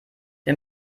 wir